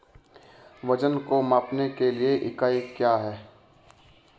वजन को मापने के लिए इकाई क्या है?